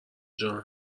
جان